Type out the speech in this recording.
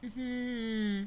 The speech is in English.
mmhmm